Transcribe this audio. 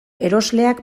erosleak